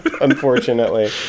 unfortunately